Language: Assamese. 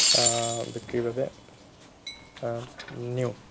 বিক্ৰীৰ বাবে নিওঁ